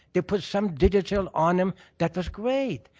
they put some digital on them, that was great.